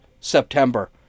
September